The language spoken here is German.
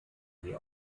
die